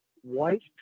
white